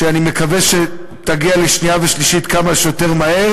שאני מקווה שתגיע לקריאה שנייה ושלישית כמה שיותר מהר